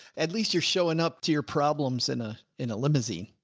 at least you're showing up to your problems in a, in a limousine.